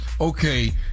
Okay